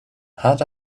had